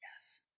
Yes